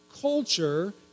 culture